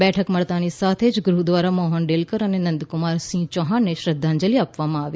બેઠક મળતાંની સાથે જ ગૃહ દ્વારા મોહન ડેલકર અને નંદકુમારસિંહ ચૌહાણને શ્રદ્ધાંજલિ આપવામાં આવી